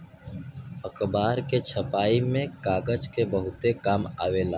अखबार के छपाई में कागज के बहुते काम आवेला